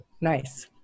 Nice